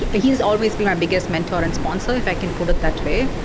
he he has always been my biggest mentor and sponsor, if i can put it that way.